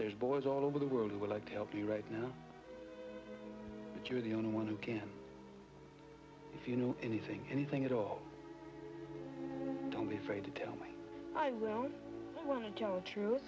there's boys all over the world who would like to help you right now that you're the only one who can if you know anything anything at all don't be afraid to tell